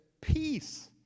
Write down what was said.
peace